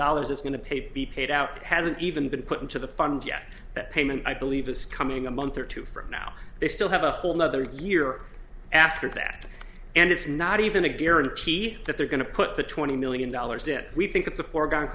dollars it's going to pay be paid out hasn't even been put into the fund yet that payment i believe is coming a month too for now they still have a whole nother year after that and it's not even a guarantee that they're going to put the twenty million dollars in we think it's a foregone